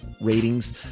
ratings